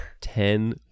Ten